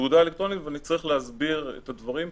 אני צריך להסביר את הדברים,